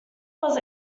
was